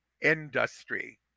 industry